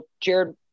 Jared